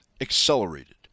accelerated